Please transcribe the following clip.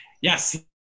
Yes